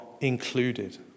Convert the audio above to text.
included